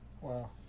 Wow